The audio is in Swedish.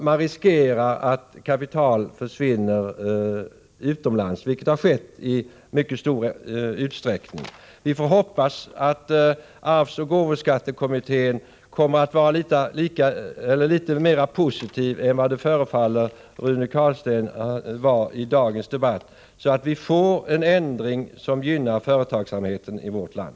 Man riskerar att kapital försvinner utomlands, vilket har skett i mycket stor utsträckning. Vi får hoppas att arvsoch gåvoskattekommittén kommer att vara litet mer positiv än Rune Carlstein förefaller vara i dagens debatt, så att vi får en ändring som gynnar företagsamheten i vårt land.